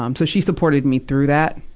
um so, she supported me through that.